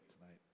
tonight